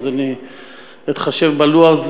אז אני אתחשב בלו"ז,